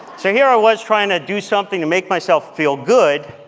so, here i was trying to do something to make myself feel good,